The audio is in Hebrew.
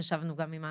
ישבנו גם עם השרים.